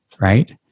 right